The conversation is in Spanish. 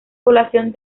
población